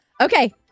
Okay